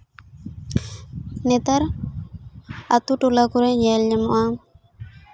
ᱱᱮᱛᱟᱨ ᱟᱛᱳ ᱴᱚᱞᱟ ᱠᱚᱨᱮ ᱧᱮᱞ ᱧᱟᱢᱚᱜᱼᱟ